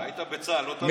כשהיית בצה"ל לא תרמת?